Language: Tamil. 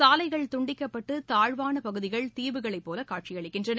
சாலைகள் துண்டிக்கப்பட்டுதாழ்வானபகுதிகள் தீவுகளைப்போலகாட்சியளிக்கின்றன